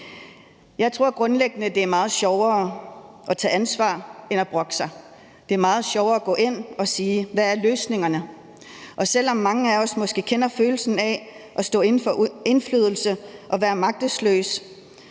Jeg tror grundlæggende, det er meget sjovere at tage ansvar end at brokke sig, og at det er meget sjovere at gå ind og sige, hvad løsningerne er, og selv om mange af os måske kender følelsen af at stå uden for indflydelse og være magtesløs,